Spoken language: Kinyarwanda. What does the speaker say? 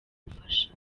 ubufasha